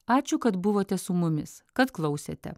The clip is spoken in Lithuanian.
ačiū kad buvote su mumis kad klausėte